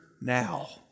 now